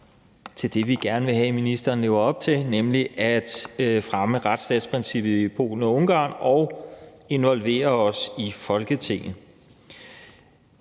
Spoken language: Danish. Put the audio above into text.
til det, vi gerne vil have at ministeren lever op til, nemlig at fremme retsstatsprincippet i Polen og Ungarn og at involvere os i Folketinget.